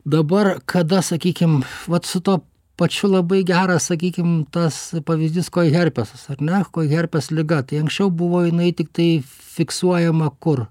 dabar kada sakykim vat su tuo pačiu labai geras sakykim tas pavyzdys koiherpesas ar ne koiherpes liga tai anksčiau buvo jinai tiktai fiksuojama kur